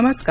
नमस्कार